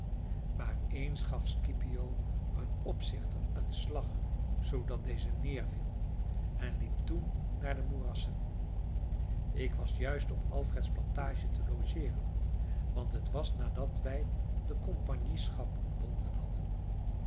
maar eens gaf scipio een opzichter een slag zoodat deze neerviel en liep toen naar de moerassen ik was juist op alfreds plantage te logeeren want het was nadat wij de compagnieschap ontbonden hadden